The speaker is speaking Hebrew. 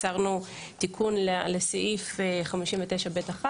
יצרנו תיקון לסעיף 59(ב)(1),